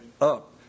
up